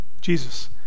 Jesus